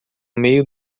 meio